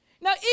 Now